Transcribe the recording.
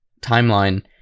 timeline